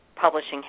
Publishing